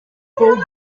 hold